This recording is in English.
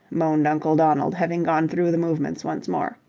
moaned uncle donald, having gone through the movements once more.